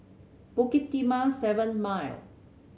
Bukit Timah Seven Mile